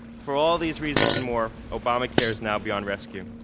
for all these reasons and more, obamacare is now beyond rescue.